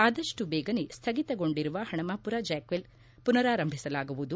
ಆದಷ್ಟು ಬೇಗನೆ ಸ್ಥಗಿತಗೊಂಡಿರುವ ಹಣಮಾಪುರ ಜಾಕ್ವೆಲ್ ಪುನರಾರಂಭಿಸಲಾಗುವುದು